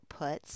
outputs